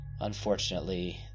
unfortunately